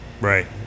right